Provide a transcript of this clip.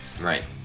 Right